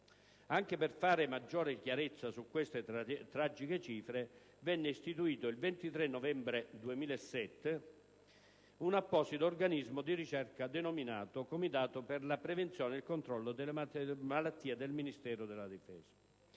Anche per fare maggiore chiarezza su queste tragiche cifre venne istituito, il 23 novembre 2007, un apposito organismo di ricerca denominato «Comitato per la prevenzione e il controllo delle malattie del Ministero della difesa»